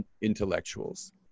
intellectuals